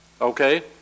Okay